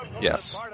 Yes